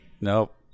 Nope